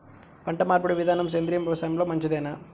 పంటమార్పిడి విధానము సేంద్రియ వ్యవసాయంలో మంచిదేనా?